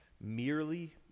merely